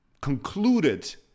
concluded